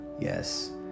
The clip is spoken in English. Yes